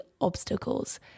obstacles